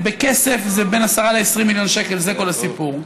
בכסף זה בין 10 ל-20 מיליון שקל, זה כל הסיפור.